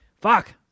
Fuck